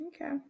Okay